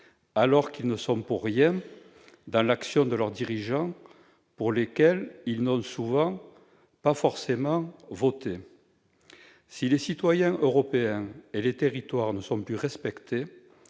alors qu'ils ne sont pour rien dans l'action de leurs dirigeants, pour lesquels ils n'ont souvent pas forcément voté ? Si les citoyens européens et les territoires ne sont plus respectés,